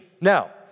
Now